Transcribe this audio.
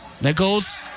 Nichols